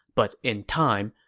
but in time,